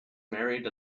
married